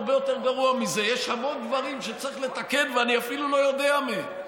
הרבה יותר גרוע מזה: יש המון דברים שצריך לתקן ואני אפילו לא יודע מהם.